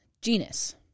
genus